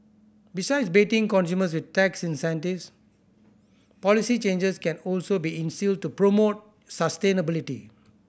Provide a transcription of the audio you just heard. besides baiting consumers with tax incentives policy changes can also be instilled to promote sustainability